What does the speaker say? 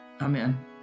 Amen